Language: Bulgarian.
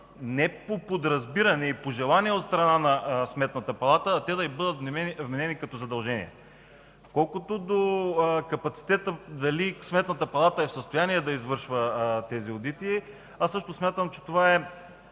не по подразбиране и по желание от страна на Сметната палата, а те да й бъдат вменени като задължение. Колкото до капацитета – дали Сметната палата е в състояние да извършва тези одити, смятам, че не това е